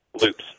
Loops